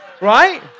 right